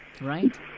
right